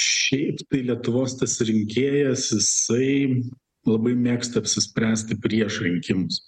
šiaip tai lietuvos tas rinkėjas jisai labai mėgsta apsispręsti prieš rinkimus